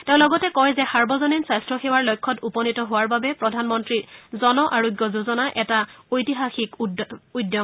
তেওঁ লগতে কয় যে সাৰ্বজনীন স্বাস্থ্য সেৱাৰ লক্ষ্যত উপনীত হোৱাৰ বাবে প্ৰধান মন্ত্ৰী জন আৰোগ্য যোঁজনা এটা ঐতিহাসিক উদ্যম